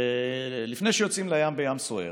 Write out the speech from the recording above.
ולפני שיוצאים לים בים סוער,